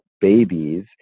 babies